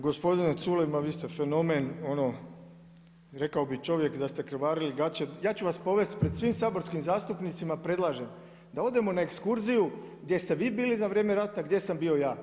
Gospodine Culej ma vi ste fenomen, ono, rekao bih čovjek da ste krvarili gaće, ja ću vas povesti pred svim saborskim zastupnicima predlažem da odemo na ekskurziju gdje ste vi bili za vrijeme rata, gdje sam bio ja.